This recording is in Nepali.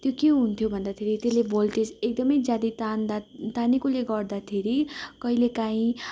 त्यो के हुन्थ्यो भन्दाखेरि त्यसले भोल्टेज एकदमै ज्यादा तान्दा तानेकोले गर्दाखेरि कहिले कहीँ